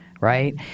right